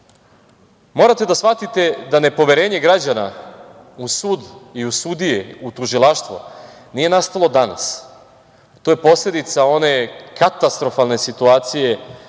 Morate da shvatite da poverenje građana u sud i u sudije, u tužilaštvo nije nastalo danas, to je posledica one katastrofalne situacije,